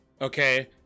Okay